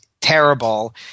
terrible